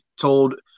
told